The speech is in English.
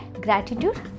gratitude